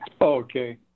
Okay